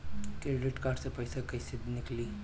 Credit card से पईसा केइसे निकली?